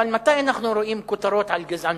אבל מתי אנחנו רואים כותרות על גזענות?